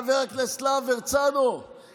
גיביתם אותו כל השנים.